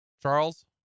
Charles